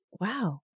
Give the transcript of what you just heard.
wow